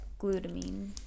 glutamine